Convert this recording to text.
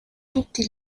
tutti